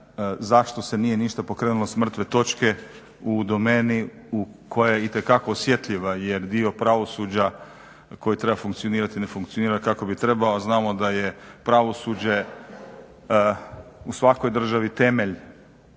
zašto se nije ništa pokrenulo s mrtve točke u domeni koja je itekako osjetljiva jer dio pravosuđa koji treba funkcionirati, ne funkcionira kako bi trebao, a znamo da je pravosuđe u svakoj državi temelj,